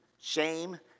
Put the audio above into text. shame